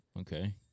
Okay